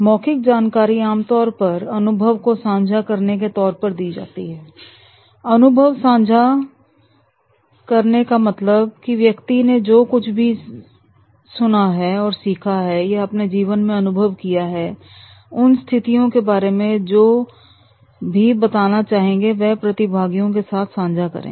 मौखिक जानकारी आमतौर पर अनुभव को सांझा करने के तौर पर दी जाती है अनुभव सांझा करण का मतलब कि व्यक्ति ने जो कुछ भी सुना है या सीखा है या अपने जीवन में अनुभव किया है उन स्थितियों के बारे में जो भीगा बताना चाहेंगे वह मैं प्रतिभागियों के साथ सांझा करें